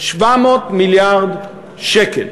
700 מיליארד שקלים,